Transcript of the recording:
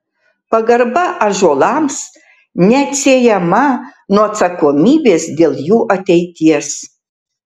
pagarba ąžuolams neatsiejama nuo atsakomybės dėl jų ateities